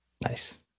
Nice